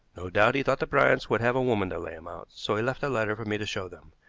no doubt he thought the bryants would have a woman to lay him out, so he left a letter for me to show them.